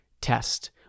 test